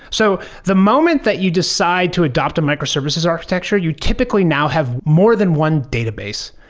so the moment that you decide to adopt a microservices architecture, you typically now have more than one database.